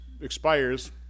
expires